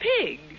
pig